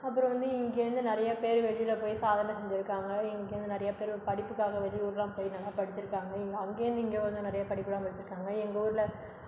அப்புறம் வந்து இங்கேயிருந்து நிறையா பேர் வெளியில் போய் சாதனை செஞ்சுருக்காங்க இங்கேயிருந்து நிறையா பேர் படிப்புக்காக வெளியூரெலாம் போய் நல்லா படிச்சுருக்காங்க இங்கே அங்கேயிருந்து இங்கே வந்து நிறையா படிப்பெல்லாம் படிச்சுருக்காங்க எங்கள் ஊரில்